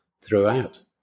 throughout